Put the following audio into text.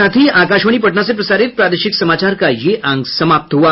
इसके साथ ही आकाशवाणी पटना से प्रसारित प्रादेशिक समाचार का ये अंक समाप्त हुआ